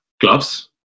gloves